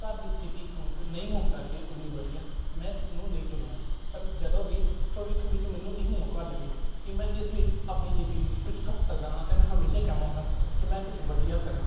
ਘਰ ਦੀ ਸਥਿਤੀ ਹੁਣ ਕ ਨਹੀਂ ਹੋਣ ਕਰਕੇ ਓਨੀ ਵਧੀਆ ਮੈਂ ਇਹਨੂੰ ਨਹੀਂ ਚੁਣਿਆ ਪਰ ਜਦੋਂ ਵੀ ਭਵਿੱਖ ਵਿੱਚ ਮੈਨੂੰ ਇਹ ਮੌਕਾ ਲੱਗੇ ਕਿ ਮੈਂ ਇਸ ਵਿੱਚ ਆਪਣੀ ਜ਼ਿੰਦਗੀ ਵਿੱਚ ਕੁਛ ਕਰ ਸਕਦਾ ਹਾਂ ਤਾਂ ਮੈਂ ਹਮੇਸ਼ਾ ਚਾਹਵਾਂਗਾ ਕਿ ਮੈਂ ਕੁਝ ਵਧੀਆ ਕਰਾਂ